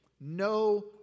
No